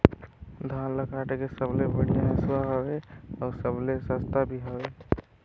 धान ल काटे के सबले बढ़िया हंसुवा हवये? अउ सबले सस्ता भी हवे?